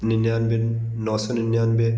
निन्यानवे नौ सौ निन्यानवे